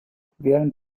während